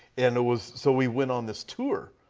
and it was so we went on this tour.